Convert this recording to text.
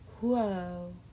Whoa